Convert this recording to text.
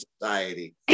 Society